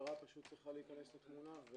שהמשטרה צריכה להיכנס לתמונה.